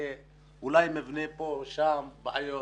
זה אולי מבנה פה או שם, בעיות.